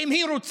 שאם היא רוצה